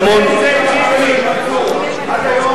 עד היום